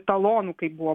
talonų kaip buvo